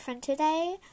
today